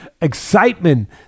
excitement